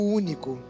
único